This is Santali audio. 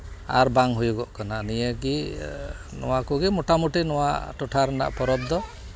ᱟᱨ ᱵᱟᱝ ᱦᱩᱭᱩᱜᱚᱜ ᱠᱟᱱᱟ ᱱᱤᱭᱟᱹᱜᱮ ᱱᱚᱣᱟ ᱠᱚᱜᱮ ᱢᱚᱴᱟᱢᱩᱴᱤ ᱱᱚᱣᱟ ᱴᱚᱴᱷᱟ ᱮᱱᱟᱜ ᱯᱚᱨᱚᱵ ᱫᱚ